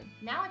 Now